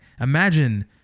imagine